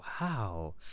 wow